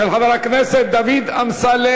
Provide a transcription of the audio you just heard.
של חבר הכנסת דוד אמסלם,